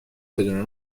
بدون